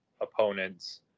opponents